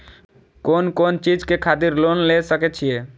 कोन कोन चीज के खातिर लोन ले सके छिए?